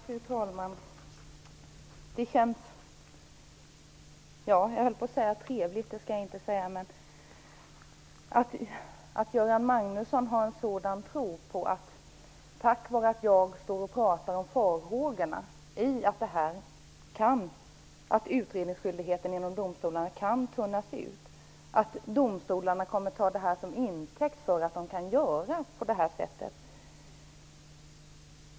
Fru talman! Jag höll på att säga att det känns trevligt, men det är inte rätt ord. Göran Magnusson har dock en stark tro på att tack vare att jag står och pratar om farhågorna för att utredningsskyldigheten i domstolarna kan tunnas ut kommer domstolarna att ta det som intäkt för att de kan göra på det sättet.